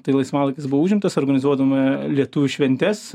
tai laisvalaikis buvo užimtas organizuodavome lietuvių šventes